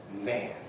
man